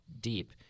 deep